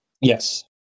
yes